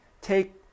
take